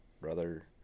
brother